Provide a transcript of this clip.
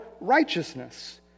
righteousness